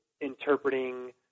interpreting